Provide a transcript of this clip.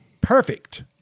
perfect